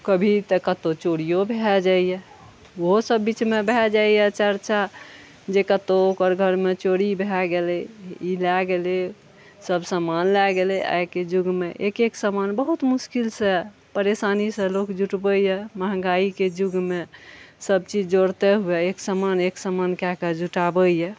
कभी तऽ कत्तौ चोरियो भए जाइया ओहो सब बीचमे भए जाइया चर्चा जे कत्तौ ओकर घरमे चोरी भए गेलै ई लए गेलै सब समान लए गेलै आइके युगमे एक एक समान बहुत मुश्किल सऽ परेशानी सऽ लोक जुटबैया महङ्गाइके युगमे सब चीज जोड़ितए हुए एक समान एक समान कए कऽ जुटाबैया